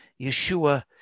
Yeshua